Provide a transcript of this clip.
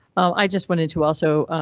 i just wanted to also